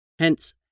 hence